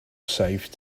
save